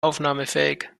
aufnahmefähig